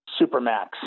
supermax